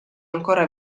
ancora